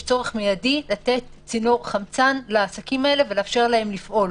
יש צורך מיידי לתת צינור חמצן לעסקים האלה ולפאשר להם לפעול.